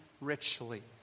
richly